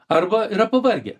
arba yra pavargę